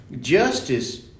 justice